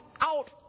out